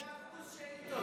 עניתי לכל שאילתה כשר.